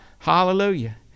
Hallelujah